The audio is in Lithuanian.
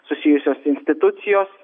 susijusios institucijos